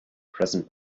present